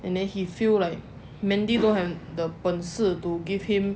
and then he feel like mandy don't have the 本事 to give him